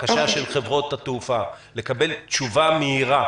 הבקשה של חברות התעופה לקבל תשובה מהירה